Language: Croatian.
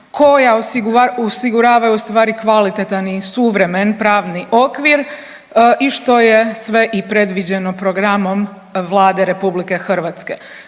koja osiguravaju ustvari kvalitetan i suvremen pravni okvir i što je sve i predviđeno programom Vlade RH.